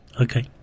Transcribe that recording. Okay